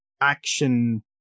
action